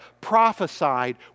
prophesied